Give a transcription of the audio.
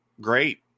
great